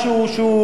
מצחיק,